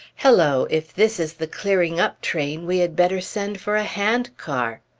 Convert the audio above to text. hello! if this is the clearing-up train, we had better send for a hand-car!